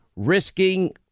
Risking